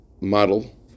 model